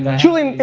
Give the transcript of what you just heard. julian,